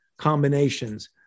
combinations